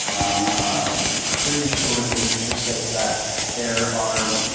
ah pretty sure the literature says that there are